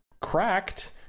cracked